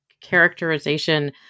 characterization